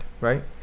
right